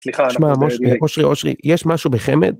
סליחה, אושרי, אושרי, יש משהו בחמד?